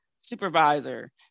supervisor